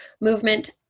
movement